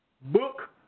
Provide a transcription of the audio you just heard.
book